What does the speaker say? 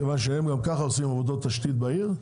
כיוון שהם גם ככה עושים עבודות תשתית בעיר,